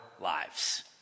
lives